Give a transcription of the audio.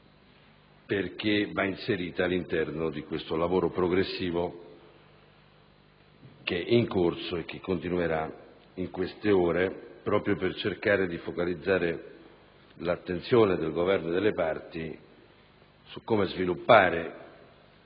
essa va inserita all'interno di questo lavoro progressivo che è in corso e che continuerà in queste ore proprio per cercare di focalizzare l'attenzione del Governo e delle parti su come sviluppare